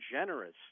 generous